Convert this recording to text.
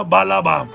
Balaba